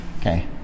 Okay